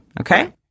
okay